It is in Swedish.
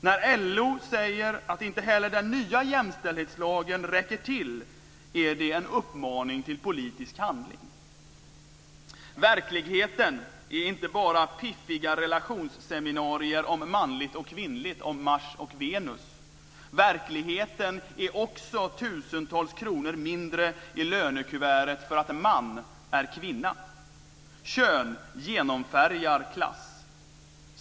När LO säger att inte heller den nya jämställdhetslagen räcker till är det en uppmaning till politisk handling. Verkligheten är inte bara piffiga relationsseminarier om manligt och kvinnligt, om Mars och Venus; verkligheten är också tusentals kronor mindre i lönekuvertet för att man är kvinna. Kön genomfärgar klass.